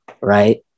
right